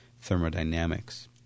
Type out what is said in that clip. thermodynamics